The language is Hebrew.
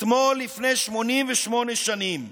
אתמול לפני 88 שנים,